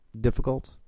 difficult